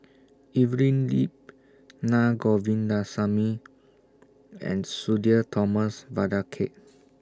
Evelyn Lip Naa Govindasamy and Sudhir Thomas Vadaketh